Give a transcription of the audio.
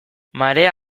marea